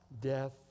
Death